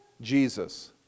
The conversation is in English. Jesus